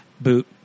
Boot